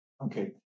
Okay